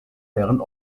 deren